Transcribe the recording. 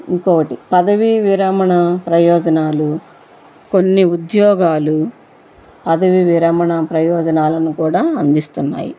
ఇంకోకటి పదవీ విరమణ ప్రయోజనాలు కొన్ని ఉద్యోగాలు పదవీ విరమణ ప్రయోజనాలను కూడా అందిస్తున్నాయి